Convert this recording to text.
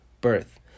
birth